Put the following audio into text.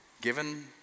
given